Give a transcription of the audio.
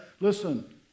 Listen